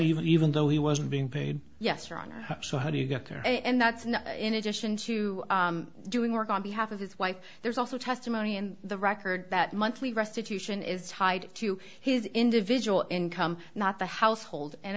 even even though he wasn't being paid yes your honor so how do you get there and that's not in addition to doing work on behalf of his wife there's also testimony in the record that monthly restitution is tied to his individual income not the household and